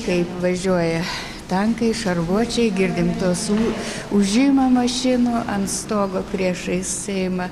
kaip važiuoja tankai šarvuočiai girdim tuos ū ūžimą mašinų ant stogo priešais seimą